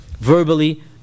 verbally